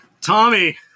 Tommy